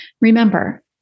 Remember